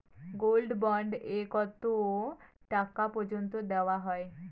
Gold bond এ কতো টাকা পর্যন্ত দেওয়া হয়?